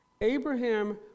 Abraham